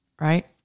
right